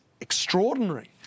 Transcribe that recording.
extraordinary